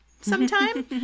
sometime